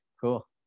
cool